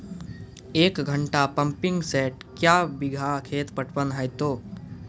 एक घंटा pumping set क्या बीघा खेत पटवन है तो?